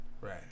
right